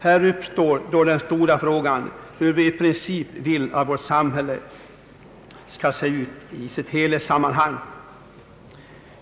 Här uppstår då den stora frågan hur vi i princip vill att vårt samhälle skall se ut i sitt helhetsammanhang.